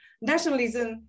nationalism